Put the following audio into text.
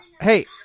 hey